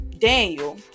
Daniel